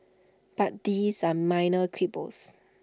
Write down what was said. but these are minor quibbles